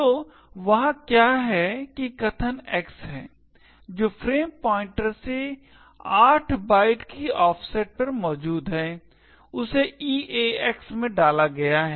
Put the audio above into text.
तो वहाँ क्या है कि कथन X है जो फ्रेम पॉइंटर से 8 बाइट की ऑफसेट पर मौजूद है उसे EAX में डाला गया है